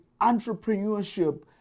entrepreneurship